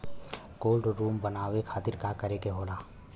Cold room बनावे खातिर का करे के होला?